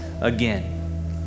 again